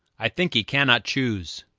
i think he cannot choose.